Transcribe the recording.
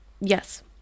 yes